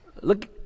Look